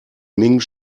minh